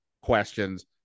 questions